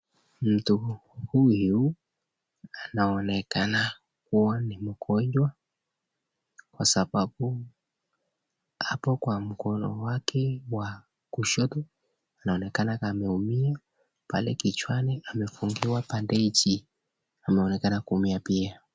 Mtu huyu anaonekana kuwa ni mgonjwa kwa sababu hapo kwa mkono wake wa kushoto anaonekana kama ameumia pale kichwani amefungiwa bendeji ameonekana kuumia pia.